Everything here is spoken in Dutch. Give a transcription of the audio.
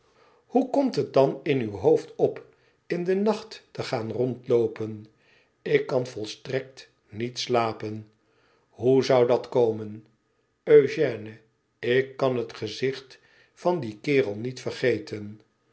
hoe komt het dan in uw hoofd op in den nacht te gaan rondloopen f ik kan volstrekt niet slapen hoe zou dat komen eugène ik kan het gezicht van dien kerel niet vergeten